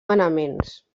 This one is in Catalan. manaments